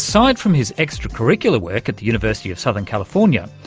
aside from his extra-curricular work at the university of southern california,